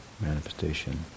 manifestation